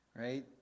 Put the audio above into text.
right